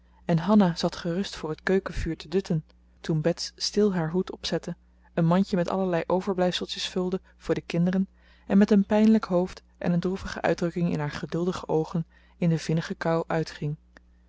en hanna zat gerust voor het keukenvuur te dutten toen bets stil haar hoed opzette een mandje met allerlei overblijfseltjes vulde voor de kinderen en met een pijnlijk hoofd en een droevige uitdrukking in haar geduldige oogen in de vinnige kou uitging